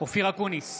אופיר אקוניס,